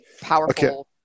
powerful